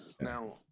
now